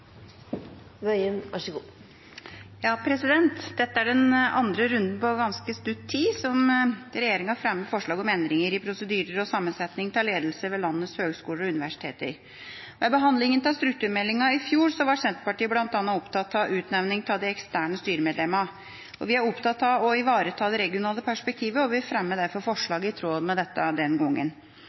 sammensetning av ledelse ved landets høyskoler og universiteter. Ved behandlingen av strukturmeldingen i fjor var Senterpartiet bl.a. opptatt av utnevning av de eksterne styremedlemmene. Vi er opptatt av å ivareta det regionale perspektivet, og vi fremmet derfor forslag i tråd med dette den gangen.